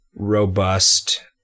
robust